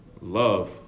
Love